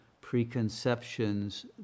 preconceptions